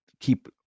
keep